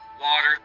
water